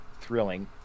thrilling